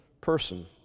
person